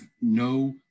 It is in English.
no